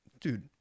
dude